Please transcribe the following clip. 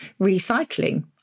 recycling